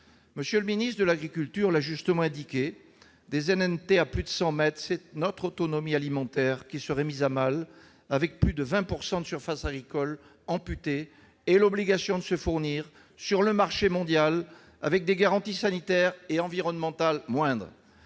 M. le ministre de l'agriculture l'a justement indiqué : des ZNT à plus de 100 mètres, c'est notre autonomie alimentaire qui serait mise à mal, avec plus de 20 % de surface agricole amputés et l'obligation de se fournir sur le marché mondial, avec des garanties sanitaires et environnementales moindres.